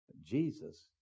Jesus